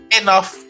enough